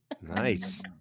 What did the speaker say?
nice